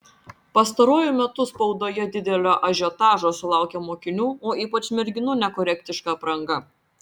pastaruoju metu spaudoje didelio ažiotažo sulaukia mokinių o ypač merginų nekorektiška apranga